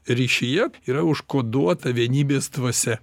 ryšyje yra užkoduota vienybės dvasia